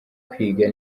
kwiga